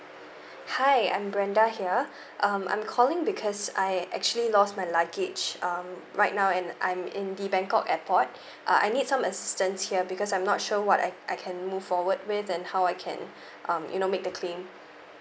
hi I'm brenda here um I'm calling because I actually lost my luggage um right now and I'm in the bangkok airport uh I need some assistance here because I'm not sure what I I can move forward with and how I can um you know make the claim